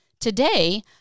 Today